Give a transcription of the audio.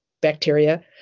bacteria